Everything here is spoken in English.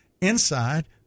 inside